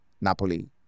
Napoli